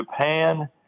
Japan